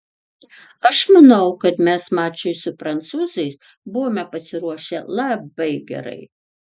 aš manau kad mes mačui su prancūzais buvome pasiruošę labai gerai